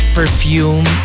perfume